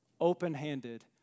open-handed